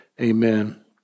Amen